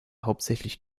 hauptsächlich